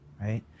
right